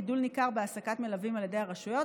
גידול ניכר בהעסקת מלווים על ידי הרשויות,